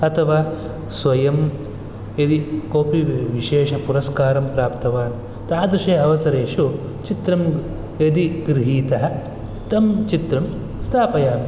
अथवा स्वयं यदि कोपि विशेषपुरस्कारं प्राप्तवान् तादृशे अवसरेषु चित्रं यदि गृहीतः तं चित्रं स्थापयामि